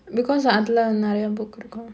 because அதுல நறைய:athula நறைய book இருக்கும்:irukkum